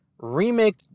Remake